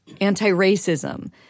anti-racism